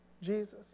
Jesus